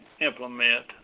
implement